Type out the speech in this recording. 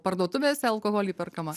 parduotuvėse alkoholį perkamą